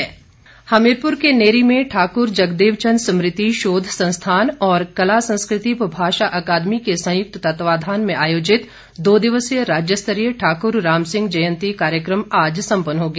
गोविंद ठाक्र हमीरपुर के नेरी में ठाकर जगदेव चंद स्मृति शोध संस्थान और कला संस्कृति व भाषा अकादमी के संयुक्त तत्वावधान में आयोजित दो दिवसीय राज्यस्तरीय ठाकर राम सिंह जयंती कार्यक्रम आज सम्पन्न हो गया